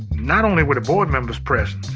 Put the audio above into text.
not only were the board members present,